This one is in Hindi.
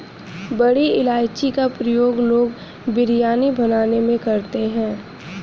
बड़ी इलायची का प्रयोग लोग बिरयानी बनाने में करते हैं